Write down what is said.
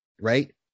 right